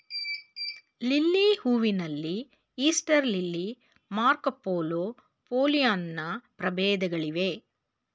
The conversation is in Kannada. ಲಿಲ್ಲಿ ಹೂವಿನಲ್ಲಿ ಈಸ್ಟರ್ ಲಿಲ್ಲಿ, ಮಾರ್ಕೊಪೋಲೊ, ಪೋಲಿಯಾನ್ನ ಪ್ರಭೇದಗಳಿವೆ